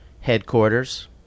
headquarters